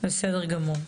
בסדר גמור.